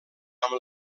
amb